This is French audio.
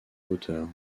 hauteur